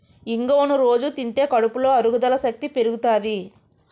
ఇంగువను రొజూ తింటే కడుపులో అరుగుదల శక్తి పెరుగుతాది